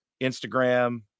Instagram